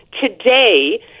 today